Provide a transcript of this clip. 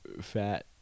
fat